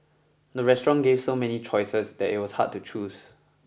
the restaurant gave so many choices that it was hard to choose